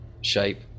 shape